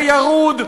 הירוד,